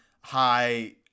high